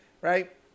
Right